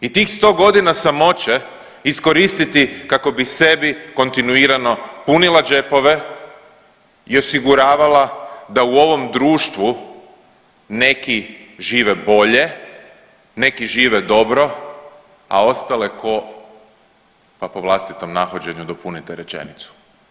I tih sto godina samoće iskoristiti kako bi sebi kontinuirano punila džepove i osiguravala da u ovom društvu neki žive bolje, neki žive dobro a ostale ko pa po vlastitom nahođenju dopunite rečenicu.